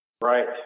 Right